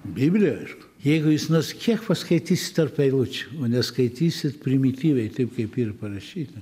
biblija aišku jeigu jūs nors kiek paskaitysi tarp eilučių o neskaitysi primityviai taip kaip yr parašyta